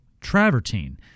travertine